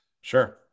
sure